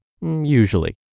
usually